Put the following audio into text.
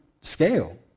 scale